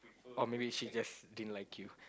or maybe she just didn't like you